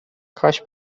کاش